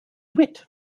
wit